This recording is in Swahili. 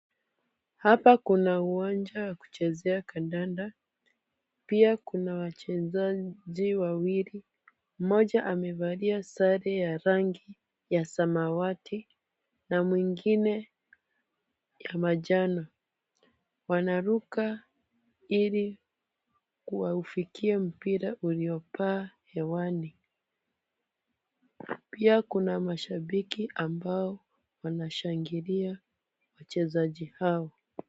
Hapa kuna uwanja wa kuchezea kandanda. Pia kuna wachezaji wawili, mmoja amevalia sare ya rangi ya samawati na mwingine na mwingine ya manjano. Wanaruka ili waufikie mpira uliopaa hewani. Pia kuna mashabiki ambao wanashangalia wachezaji hao.